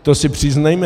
To si přiznejme.